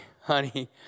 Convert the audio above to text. Honey